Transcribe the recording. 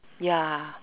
ya